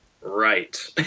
Right